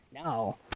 Now